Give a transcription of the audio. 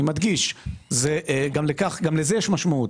אני מדגיש, גם לזה יש משמעות.